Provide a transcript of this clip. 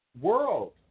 world